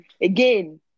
again